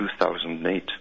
2008